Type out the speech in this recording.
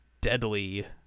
deadly